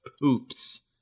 poops